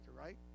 right